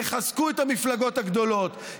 יחזקו את המפלגות הגדולות,